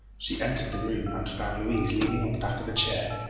she entered the room and found louise leaning on the back of a chair.